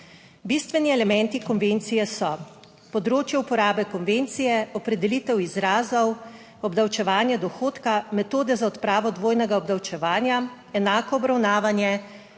Bistveni elementi konvencije so področje uporabe konvencije, opredelitev izrazov, obdavčevanje dohodka, metode za odpravo dvojnega obdavčevanja, enako obravnavanje,